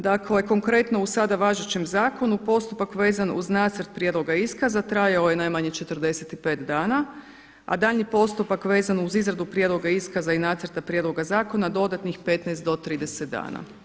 Dakle, konkretno u sada važećem zakonu postupak vezan uz nacrt prijedloga iskaza trajao je najmanje 45 dana, a daljnji postupak vezano uz izradu prijedloga iskaza i nacrta prijedloga zakona dodatnih 15 do 30 dana.